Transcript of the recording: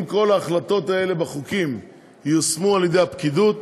אם כל ההחלטות האלה בחוקים ייושמו על ידי הפקידות,